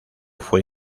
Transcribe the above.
fue